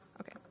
Okay